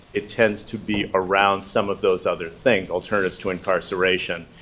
it tends to be around some of those other things, alternatives to incarceration,